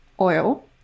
oil